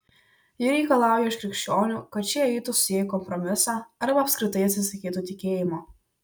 ji reikalauja iš krikščionių kad šie eitų su ja į kompromisą arba apskritai atsisakytų tikėjimo